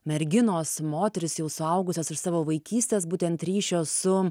merginos moterys jau suaugusios iš savo vaikystės būtent ryšio su